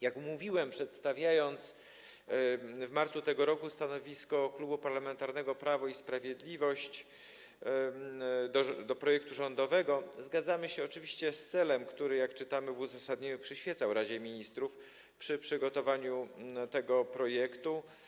Jak mówiłem, przedstawiając w marcu tego roku stanowisko Klubu Parlamentarnego Prawo i Sprawiedliwość wobec projektu rządowego, oczywiście zgadzamy się z celem, który - jak czytamy w uzasadnieniu - przyświecał Radzie Ministrów przy przygotowywaniu tego projektu.